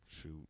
shoot